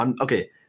Okay